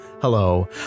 Hello